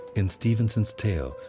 in stevenson's tale,